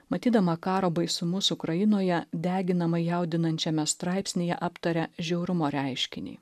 matydama karo baisumus ukrainoje deginamai jaudinančiame straipsnyje aptaria žiaurumo reiškinį